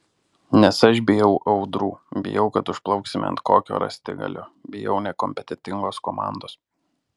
nes aš bijau audrų bijau kad užplauksime ant kokio rąstigalio bijau nekompetentingos komandos